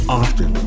often